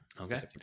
okay